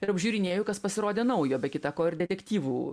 ir apžiūrinėju kas pasirodė naujo be kita ko ir detektyvų